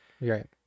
right